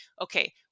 okay